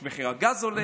יש את מחיר הגז שעולה,